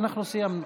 אנחנו סיימנו.